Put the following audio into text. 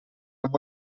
amb